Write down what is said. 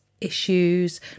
issues